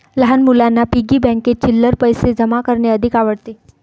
लहान मुलांना पिग्गी बँकेत चिल्लर पैशे जमा करणे अधिक आवडते